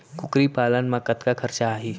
कुकरी पालन म कतका खरचा आही?